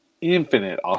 infinite